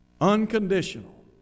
unconditional